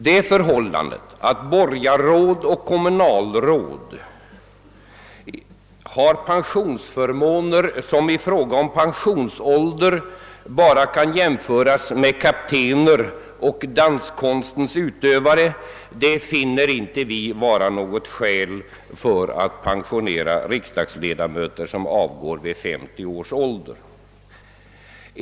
Det förhållandet att borgarråd och kommunalråd har en pensionsålder som bara kan jämföras med den som kaptener och danskonstens utövare har finner vi inte vara något skäl för att pensionera riksdagsledamöter som avgår vid 50 års ålder.